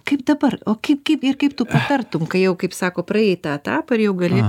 kaip dabar o kaip kaip ir kaip tu artum kai jau kaip sako praėjai tą etapą ir jau gali